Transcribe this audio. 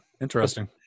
Interesting